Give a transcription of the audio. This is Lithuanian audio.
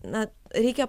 na reikia